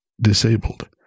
disabled